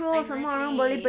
exactly